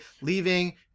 leaving